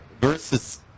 versus